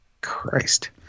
Christ